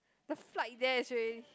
the flight there is ready